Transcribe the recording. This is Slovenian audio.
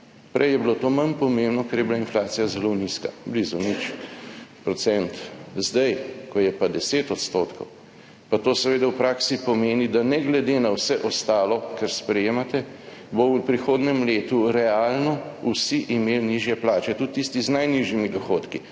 Prej je bilo to manj pomembno, ker je bila inflacija zelo nizka, blizu nič procent. Zdaj, ko je pa 10 % pa to seveda v praksi pomeni, da ne glede na vse ostalo, kar sprejemate, bo v prihodnjem letu realno vsi imeli nižje plače, tudi tisti z najnižjimi dohodki,